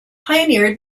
pioneered